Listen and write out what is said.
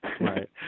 Right